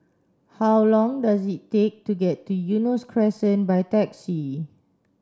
how long does it take to get to Eunos Crescent by taxi